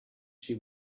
she